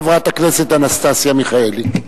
חברת הכנסת אנסטסיה מיכאלי.